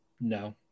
no